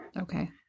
Okay